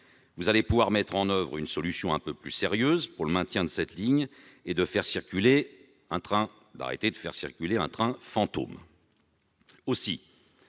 Vous allez pouvoir mettre en oeuvre une solution un peu plus sérieuse pour maintenir cette ligne et cesser de faire circuler un train fantôme. Avec